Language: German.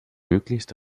möglichst